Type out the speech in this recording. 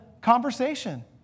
conversation